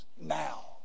Now